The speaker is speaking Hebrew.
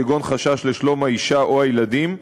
כגון חשש לשלום האישה או הילדים,